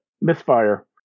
Misfire